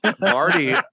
marty